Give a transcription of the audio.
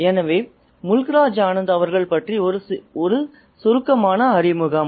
எனவே முல்க் ராஜ் ஆனந்த் அவர்கள் பற்றி ஒரு சுருக்கமான அறிமுகம்